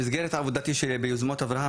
במסגרת עבודתי שביוזמות אברהם,